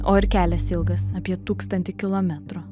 o ir kelias ilgas apie tūkstantį kilometrų